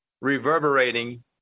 reverberating